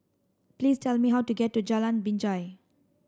please tell me how to get to Jalan Binjai